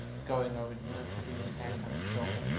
going over to him and putting his hand on his shoulder,